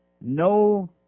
no